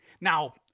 now